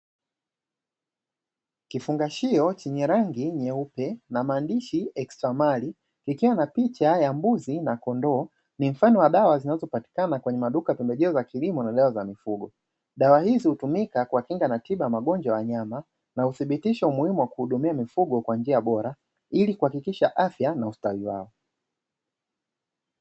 Kifungashio chenye rangi nyeupe, na maandishi ''extra mile'', ikiwa na picha ya mbuzi na kondoo, ni mfano wa dawa zinazopatikana kwenye maduka ya pembejeo za kilimo na dawa za mifugo. Dawa hizi hutumika kuwakinga na tiba ya magonjwa ya wanyama na uthibitisho umuhimu wa kuhudumia mifugo kwa njia bora, ili kuhakikisha afya na ustawi wao.